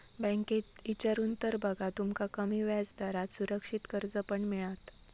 बँकेत इचारून तर बघा, तुमका कमी व्याजदरात सुरक्षित कर्ज पण मिळात